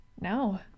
No